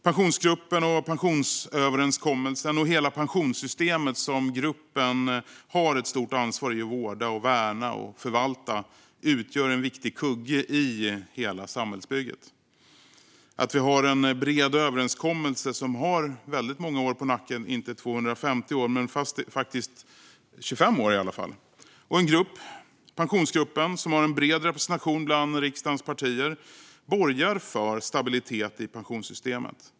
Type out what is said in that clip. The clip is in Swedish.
Pensionsgruppen, pensionsöverenskommelsen och hela pensionssystemet, som gruppen har ett stort ansvar att vårda, värna och förvalta, utgör en viktig kugge i hela samhällsbygget. Att vi har en bred överenskommelse som har många år på nacken, inte 250 år men i alla fall 25 år, och en grupp - Pensionsgruppen - som har en bred representation bland riksdagens partier borgar för stabilitet i pensionssystemet.